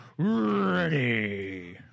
Ready